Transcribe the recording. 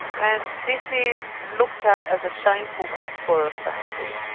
and this is looked at as a shameful thing for a family.